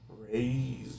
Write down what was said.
crazy